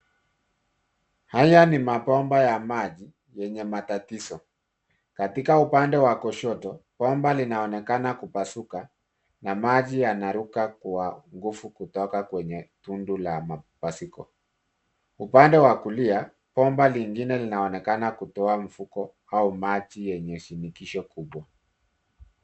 Haya ni mabomba ya maji yenye matatizo. Katika upande wa koshoto, bomba linaonekana kupasuka na maji yanaruka kwa nguvu kutoka kwenye tundu la mapasuko. Upande wa kulia, bomba lingine linaonekana kutoa mfuko au maji yenye shinikisho kubwa.